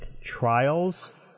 Trials